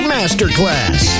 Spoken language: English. Masterclass